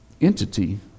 entity